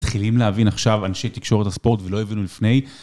מתחילים להבין עכשיו אנשי תקשורת הספורט ולא הבינו לפני.